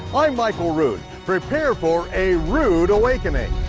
i'm michael rood, prepare for a rood awakening.